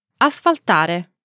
Asfaltare